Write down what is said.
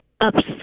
upset